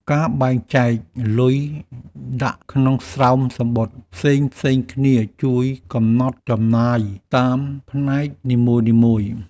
ការបែងចែកលុយដាក់ក្នុងស្រោមសំបុត្រផ្សេងៗគ្នា ជួយកំណត់ចំណាយតាមផ្នែកនីមួយៗ។